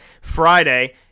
Friday